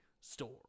store